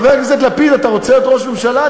חבר הכנסת לפיד, אתה רוצה להיות ראש ממשלה?